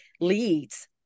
leads